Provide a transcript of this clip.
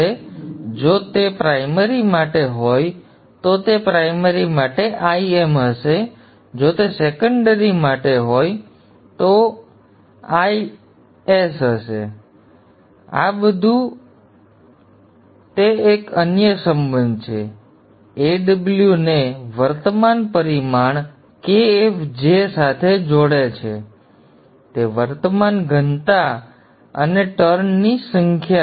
તેથી જો તે પ્રાઇમરી માટે હોય તો તે પ્રાઇમરી માટે Im હશે જો તે સેકન્ડરી માટે હોય તો તે I માટે સેકન્ડરી Kf J વગેરે અને આ બધું NpImp Kf J NsIms Kf J Kw Aw હવે તે અન્ય એક સંબંધ છે જે Aw ને વર્તમાન પરિમાણ Kf J સાથે જોડે છે તે વર્તમાન ઘનતા અને ટર્નની સંખ્યા છે